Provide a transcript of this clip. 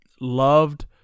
loved